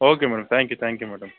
okay madam thank you thank you madam